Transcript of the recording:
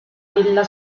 villa